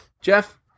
Jeff